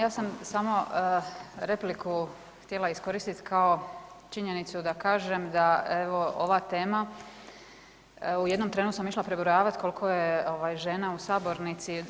Ja sam samo repliku htjela iskoristiti kao činjenicu da kažem da evo ova tema u jednom trenu sam išla prebrojavati koliko je žena u sabornici.